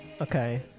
Okay